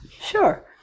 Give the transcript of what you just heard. Sure